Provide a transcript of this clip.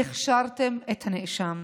הכשרתם את הנאשם.